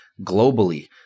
globally